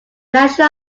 nation